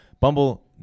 Bumble